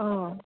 অঁ